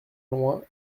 loin